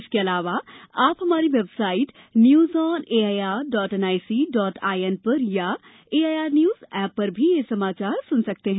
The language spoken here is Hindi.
इसके अलावा आप हमारी website news on A I R dot N I C dot I N पर अथवा A I R news app पर भी समाचार सून सकते हैं